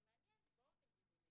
זה מעניין, בואו תגידו לי